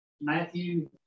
Matthew